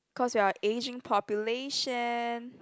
cause we are ageing population